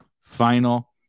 final